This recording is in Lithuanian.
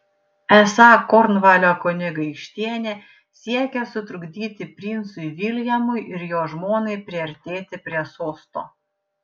esą kornvalio kunigaikštienė siekia sutrukdyti princui viljamui ir jo žmonai priartėti prie sosto